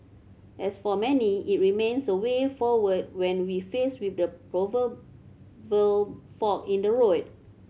as for many it remains a way forward when we faced with the proverbial fork in the road